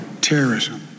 Terrorism